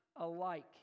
alike